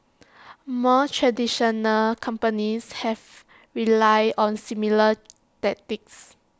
more traditional companies have relied on similar tactics